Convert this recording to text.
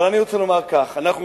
אבל אני רוצה לומר כך: אנחנו,